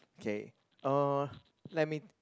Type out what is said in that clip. okay uh let me